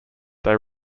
they